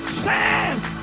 chance